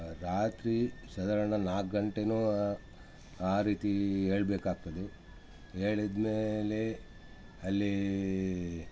ರಾತ್ರಿ ಸಾಧಾರಣ ನಾಲ್ಕು ಗಂಟೆಗೂ ಆ ರೀತಿ ಏಳಬೇಕಾಗ್ತದೆ ಏಳಿದ ಮೇಲೆ ಅಲ್ಲಿ